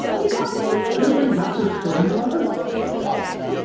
he brought dvds he'd bring dr. strangelove? he yes.